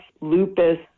lupus